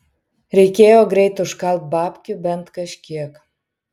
reikėjo greit užkalt babkių bent kažkiek